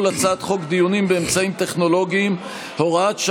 אנחנו עוברים להסתייגויות לסעיף 4. הסתייגויות מס'